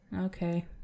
Okay